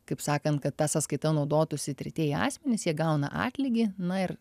kaip sakant kad tą sąskaitą naudotųsi tretieji asmenys jie gauna atlygį na ir